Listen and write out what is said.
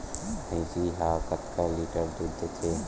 भंइसी हा कतका लीटर दूध देथे?